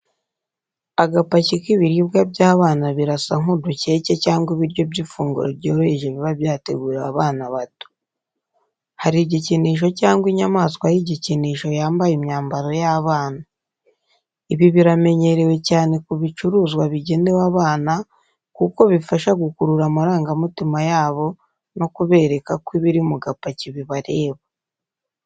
Agapaki k’ibiribwa by’abana birasa nk’udukeke cyangwa ibiryo by’ifunguro ryoroheje biba byateguriwe abana bato. Hari igikinisho cyangwa inyamaswa y’igikinisho yambaye imyambaro y’abana. Ibi biramenyerewe cyane ku bicuruzwa bigenewe abana kuko bifasha gukurura amarangamutima yabo no kubereka ko ibiri mu gapaki bibareba.